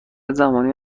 زمانی